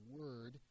word